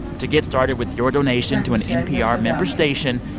to get started with your donation to an npr member station,